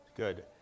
Good